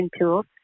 tools